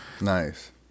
Nice